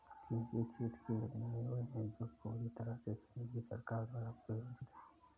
केंद्रीय क्षेत्र की योजनाएं वे है जो पूरी तरह से संघीय सरकार द्वारा प्रायोजित है